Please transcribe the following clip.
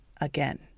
again